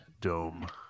dome